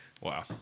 Wow